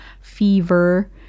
fever